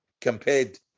compared